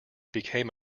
became